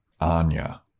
Anya